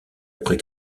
après